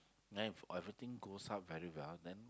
then if everything goes up very well then